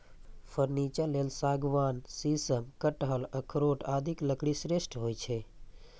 furniture लेल सागवान, शीशम, कटहल, अखरोट आदिक लकड़ी श्रेष्ठ होइ छै